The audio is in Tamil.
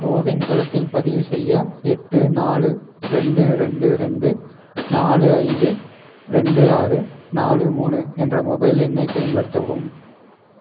கோவின் தளத்தில் பதிவு செய்ய எட்டு நாலு ரெண்டு ரெண்டு ரெண்டு நாலு ஐந்து ரெண்டு ஆறு நாலு மூணு என்ற மொபைல் எண்ணைப் பயன்படுத்தவும்